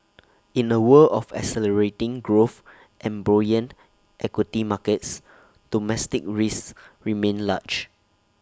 in A world of accelerating growth and buoyant equity markets domestic risks remain large